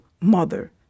mother